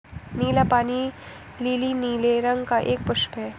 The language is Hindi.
नीला पानी लीली नीले रंग का एक पुष्प है